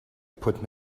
put